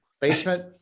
basement